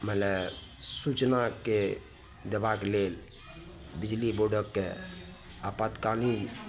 मने सूचनाके देबाके लेल बिजली बोर्डके आपातकालीन